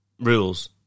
rules